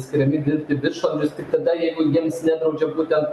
skiriami dirbti viršvalandžius tik tada jeigu jais nedraudžia būtent